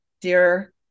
dear